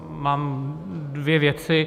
Mám dvě věci.